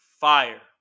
fire